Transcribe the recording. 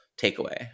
takeaway